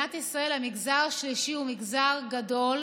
שבמדינת ישראל המגזר השלישי הוא מגזר גדול,